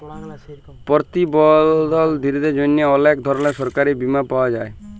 পরতিবলধীদের জ্যনহে অলেক ধরলের সরকারি বীমা পাওয়া যায়